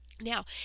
Now